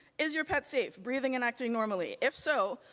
is your pet safe? breathing and acting normally? if so,